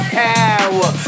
power